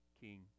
king